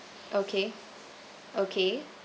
okay okay